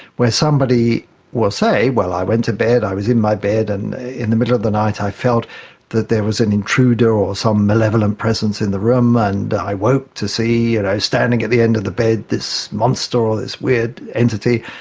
where somebody will say, well, i went to bed, i was in my bed and in the middle of the night i felt that there was an intruder or some malevolent presence in the room and i woke to see standing at the end of the bed this monster or this weird entity,